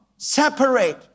separate